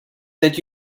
that